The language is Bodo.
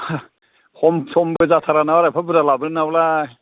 खम समबो जाथारा नामारा एफा बुरजा लाबोगोनावलाय